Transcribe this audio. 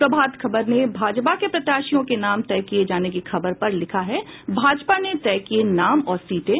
प्रभात खबर ने भाजपा के प्रत्याशियों के नाम तय किये जाने की खबर पर लिखा है भाजपा ने तय किये नाम और सीटें